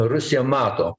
rusija mato